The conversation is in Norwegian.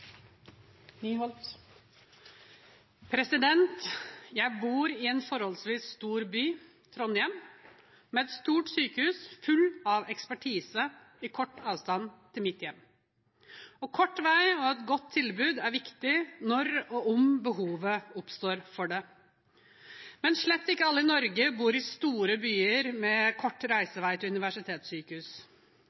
Jeg bor i en forholdsvis stor by, Trondheim, med et stort sykehus fullt av ekspertise i kort avstand til mitt hjem. Kort vei og et godt tilbud er viktig når og om behovet for det oppstår. Men slett ikke alle i Norge bor i store byer med kort reisevei til et universitetssykehus.